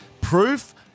Proof